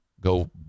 go